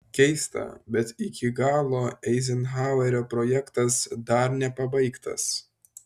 keista bet iki galo eizenhauerio projektas dar nepabaigtas